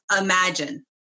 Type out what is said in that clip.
imagine